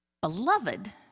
beloved